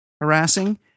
harassing